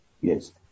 Yes